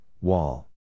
wall